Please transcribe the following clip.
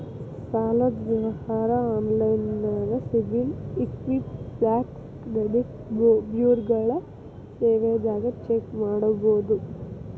ಸಾಲದ್ ವಿವರ ಆನ್ಲೈನ್ಯಾಗ ಸಿಬಿಲ್ ಇಕ್ವಿಫ್ಯಾಕ್ಸ್ ಕ್ರೆಡಿಟ್ ಬ್ಯುರೋಗಳ ಸೇವೆದಾಗ ಚೆಕ್ ಮಾಡಬೋದು